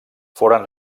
foren